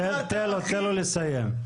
תן לו לסיים.